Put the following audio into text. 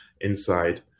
inside